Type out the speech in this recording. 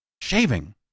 Shaving